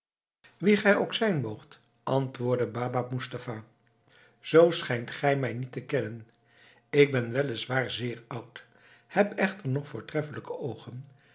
wie gij ook zijn moogt antwoordde baba moestapha zoo schijnt gij mij niet te kennen ik ben wel is waar zeer oud heb echter nog voortreffelijke oogen